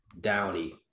Downey